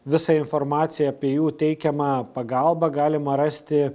visą informaciją apie jų teikiamą pagalbą galima rasti